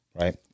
right